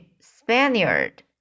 Spaniard